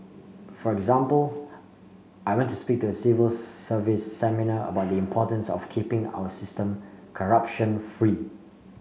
for example I went to speak to a civil service seminar about the importance of keeping our system corruption free